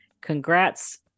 congrats